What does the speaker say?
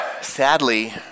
sadly